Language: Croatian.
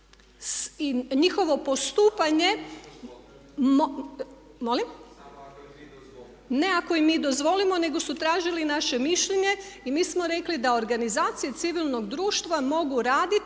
se ne čuje./… Ne ako im mi dozvolimo nego su tražili naše mišljenje i mi smo rekli da organizacije civilnog društva mogu raditi,